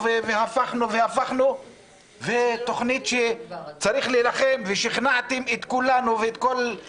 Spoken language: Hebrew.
אל תשכחו שאנשים בשואה התפללו במחתרת.